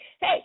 hey